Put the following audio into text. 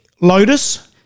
Lotus